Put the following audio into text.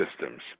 systems